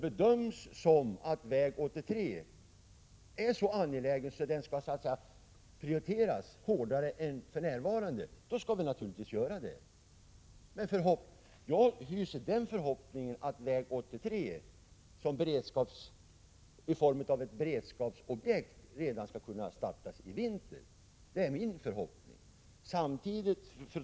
Bedöms väg 83 då vara så angelägen att den skall prioriteras hårdare än för närvarande, skall vi naturligtvis göra en sådan prioritering. Jag hyser förhoppningen att arbetet med väg 83 som beredskapsarbete skall kunna startas redan i vinter.